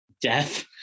death